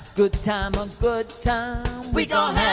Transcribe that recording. good time but we gotta